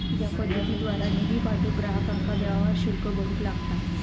या पद्धतीद्वारा निधी पाठवूक ग्राहकांका व्यवहार शुल्क भरूक लागता